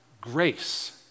grace